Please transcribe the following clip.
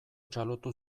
txalotu